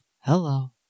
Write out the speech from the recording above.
Hello